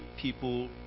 people